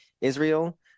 Israel